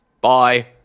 Bye